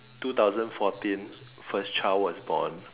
two thousand fourteen first child was born